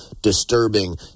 disturbing